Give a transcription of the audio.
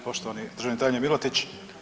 Poštovani državni tajniče Miletić.